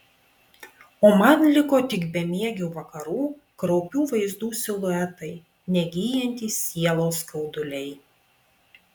o man liko tik bemiegių vakarų kraupių vaizdų siluetai negyjantys sielos skauduliai